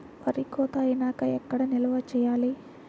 వరి కోత అయినాక ఎక్కడ నిల్వ చేయాలి?